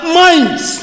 minds